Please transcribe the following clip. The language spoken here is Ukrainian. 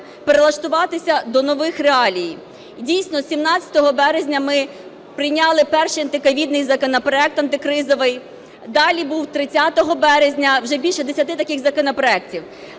прилаштуватися до нових реаліїв. Дійсно 17 березня ми прийняли перший антиковідний законопроект антикризовий. Далі був 30 березня. Вже більше 10 таких законопроектів.